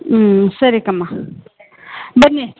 ಹ್ಞೂ ಸರಿ ಕಮ್ಮ ಬನ್ನಿ